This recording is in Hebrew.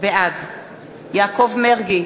בעד יעקב מרגי,